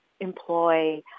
Employ